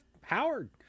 Howard